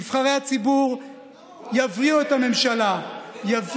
נבחרי הציבור יבריאו את הממשלה,